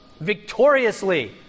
victoriously